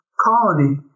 Colony